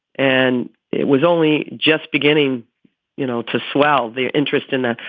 and it was only just beginning you know to swell their interest in that.